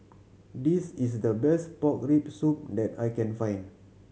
this is the best pork rib soup that I can find